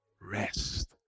Rest